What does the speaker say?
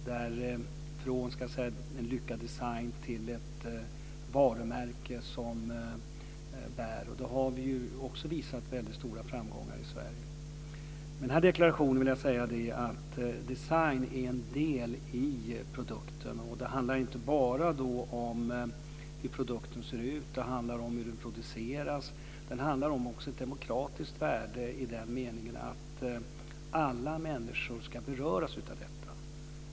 Det gäller att ha allt från en lyckad design till ett varumärke som bär. Där har vi också visat väldigt stora framgångar i Sverige. Med denna deklaration vill jag säga att design är en del i produkten. Det handlar inte bara om hur produkten ser ut. Det handlar om hur den produceras. Det handlar också om ett demokratiskt värde i den meningen att alla människor ska beröras av detta.